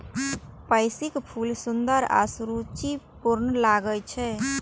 पैंसीक फूल सुंदर आ सुरुचिपूर्ण लागै छै